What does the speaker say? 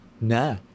Nah